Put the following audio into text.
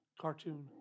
cartoon